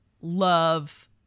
love